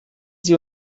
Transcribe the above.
sie